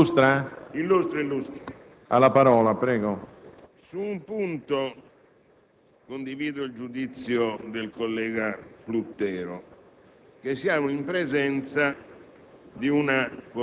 personale del pubblico impiego è contrario all'obiettivo di riduzione dei costi nella pubblica amministrazione. Concludo la mia breve digressione sul personale della pubblica amministrazione,